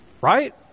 right